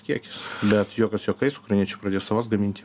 kiekis bet juokas juokais ukrainiečiai pradėjo savas gaminti